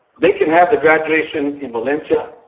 they can have the graduation and valencia.